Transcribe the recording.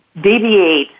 deviate